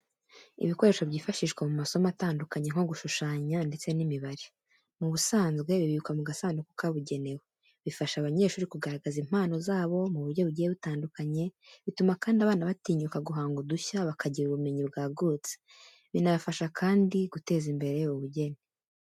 Ibikoresho byifashishwa mu masomo atandukanye nko gushushanya ndetse n'imibare. Mu busanzwe bibikwa mu gasanduku kabugenewe. Bifasha abanyeshuri kugaragaza impano zabo mu buryo bugiye butandukanye, bituma kandi abana batinyuka guhanga udushya, bakagira ubumenyi bwagutse. Binabafasha kandi guteza imbere ubugeni